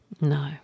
No